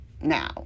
Now